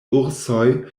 ursoj